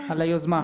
על היוזמה.